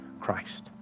Christ